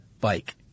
bike